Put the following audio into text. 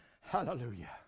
hallelujah